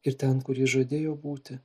ir ten kur jis žadėjo būti